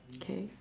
K